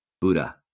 Buddha